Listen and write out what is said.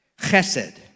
Chesed